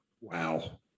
wow